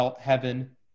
heaven